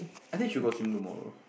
I think should go swimming tomorrow